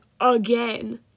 again